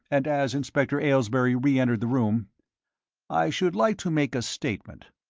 and as inspector aylesbury reentered the room i should like to make a statement,